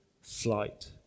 flight